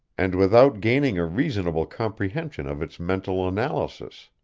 and without gaining a reasonable comprehension of its mental analysis.